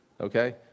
Okay